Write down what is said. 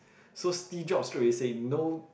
so Steve Jobs straight away say no